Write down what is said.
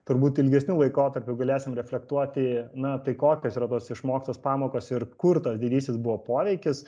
turbūt ilgesniu laikotarpiu galėsim reflektuoti na tai kokios yra tos išmoktos pamokos ir kur tas didysis buvo poveikis